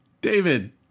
david